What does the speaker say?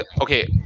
okay